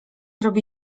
robi